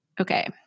Okay